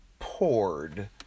poured